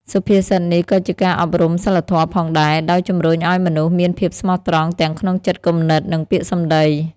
សុភាសិតនេះក៏ជាការអប់រំសីលធម៌ផងដែរ ដោយជំរុញឱ្យមនុស្សមានភាពស្មោះត្រង់ទាំងក្នុងចិត្តគំនិត និងពាក្យសម្ដី។